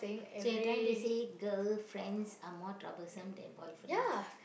so you are trying to say girl friends are more troublesome than boy friends